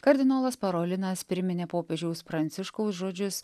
kardinolas parolinas priminė popiežiaus pranciškaus žodžius